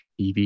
EV